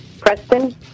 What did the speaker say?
Preston